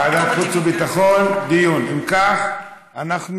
ועדת החוץ והביטחון, זה המקום הטבעי.